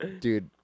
Dude